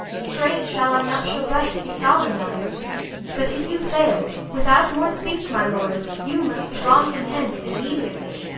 straight shall our nuptial rites be solemniz'd but if you fail, without more speech, my lord, you must be gone from hence immediately.